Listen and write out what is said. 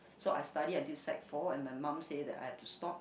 so I study until sec four and my mum say that I have to stop